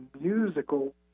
musical